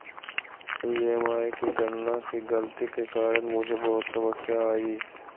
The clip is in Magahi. ई.एम.आई की गणना की गलती के कारण मुझे बहुत समस्या आई